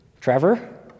Trevor